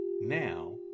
now